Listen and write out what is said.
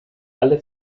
alle